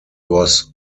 was